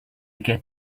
get